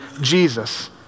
Jesus